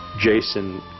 Jason